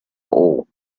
hole